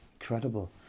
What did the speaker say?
Incredible